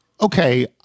okay